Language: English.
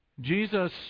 Jesus